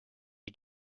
you